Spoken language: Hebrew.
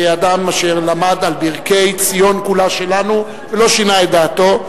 כאדם אשר למד על ברכי "ציון כולה שלנו" ולא ישנה את דעתו,